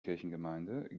kirchengemeinde